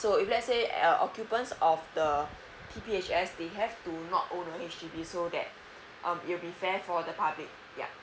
so if let say occupants of the P_P_H_S they have to not own the H_D_B so that um you'll be fair to the public, yup